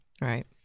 Right